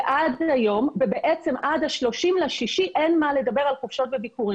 ועד 30 ביוני אין מה לדבר על חופשות וביקורים.